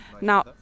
Now